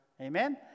Amen